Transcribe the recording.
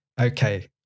okay